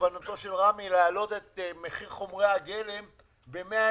ובכוונתו של רמ"י להעלות את מחיר חומרי הגלם ב-120%.